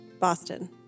Boston